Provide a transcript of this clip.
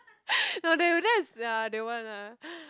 no they were just ya they won't ah